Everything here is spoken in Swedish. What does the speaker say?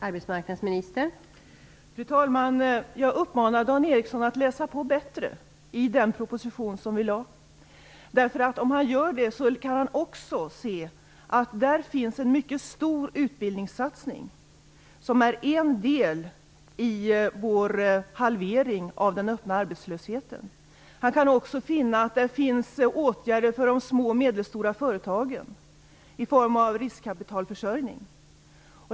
Fru talman! Jag uppmanar Dan Ericsson att läsa på bättre i den proposition som vi lade fram. Om han gör det kan han se att det där finns en mycket stor utbildningssatsning, som är en del i vår halvering av den öppna arbetslösheten. Han kan också finna att det finns åtgärder för de små och medelstora företagen i form av riskkapitalförsörjning.